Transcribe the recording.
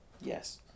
Yes